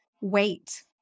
wait